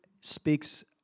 speaks